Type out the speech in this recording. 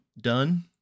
done